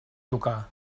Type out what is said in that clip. tocar